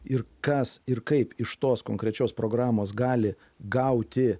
ir kas ir kaip iš tos konkrečios programos gali gauti